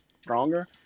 stronger